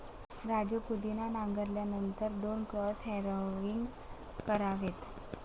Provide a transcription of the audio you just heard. राजू पुदिना नांगरल्यानंतर दोन क्रॉस हॅरोइंग करावेत